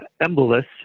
embolus